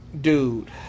dude